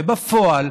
ובפועל,